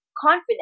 confident